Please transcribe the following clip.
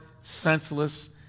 senseless